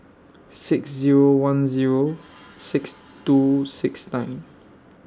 six Zero one Zero six two six nine